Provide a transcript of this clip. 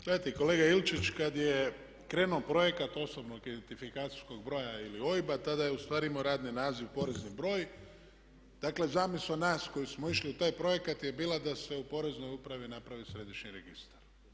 Gledajte kolega Ilčić kad je krenuo projekt osobnog identifikacijskog broja ili OIB-a tada je ustvari imao radni naziv porezni broj i dakle zamisao nas koji smo išli u taj projekt je bila da se u Poreznoj upravi napravi središnji registar.